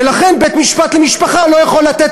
ולכן בית-משפט לענייני משפחה לא יכול לתת